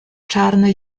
czarne